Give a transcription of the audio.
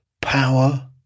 power